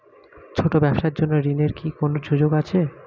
ছোট ব্যবসার জন্য ঋণ এর কি কোন সুযোগ আছে?